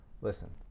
Listen